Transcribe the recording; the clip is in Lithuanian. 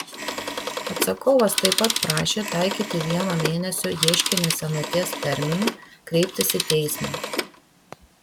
atsakovas taip pat prašė taikyti vieno mėnesio ieškinio senaties terminą kreiptis į teismą